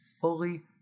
fully